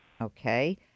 okay